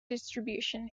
distribution